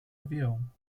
avião